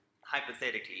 hypothetically